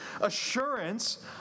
assurance